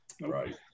Right